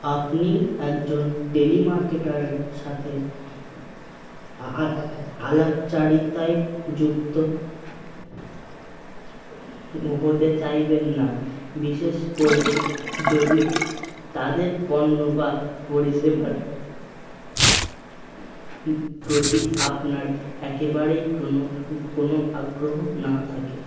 আপনি একজন টেলি মার্কেটারের সাথে আলাপচারিতায় যুক্ত হতে চাইবেন না বিশেষ করে যদি তাদের পণ্য বা পরিষেবার প্রতি আপনার একেবারেই কোনো কোনো আগ্রহ না থাকে